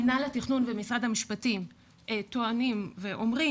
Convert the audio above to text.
מינהל התכנון ומשרד המשפטים טוענים ואומרים,